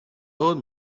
old